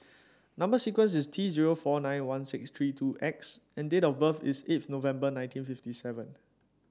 number sequence is T zero four nine one six three two X and date of birth is eighth November nineteen fifty seven